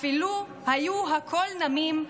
אפילו היו הכול נמים,